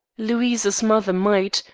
louise's mother might,